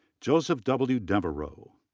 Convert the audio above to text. joseph w. devereaux.